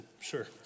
sure